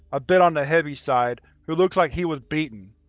a bit on the heavy side, who looks like he was beaten.